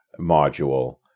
module